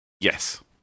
Yes